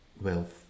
wealth